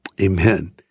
amen